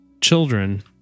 children